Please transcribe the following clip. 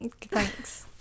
thanks